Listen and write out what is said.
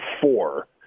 four